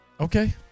Okay